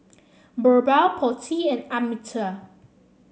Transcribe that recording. BirbaL Potti and Amitabh